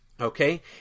Okay